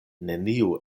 neniu